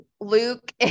Luke